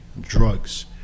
drugs